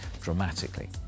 dramatically